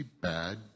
bad